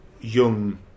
young